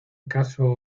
caso